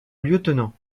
lieutenant